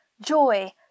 joy